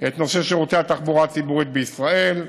את נושא שירותי התחבורה הציבורית בישראל,